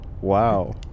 Wow